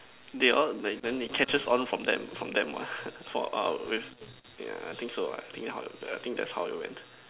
they all like then they catch us all from them from them what for our with yeah I think so ah I think so ah I think that's how it went